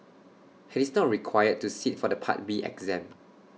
he is not required to sit for the part B exam